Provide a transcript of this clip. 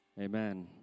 Amen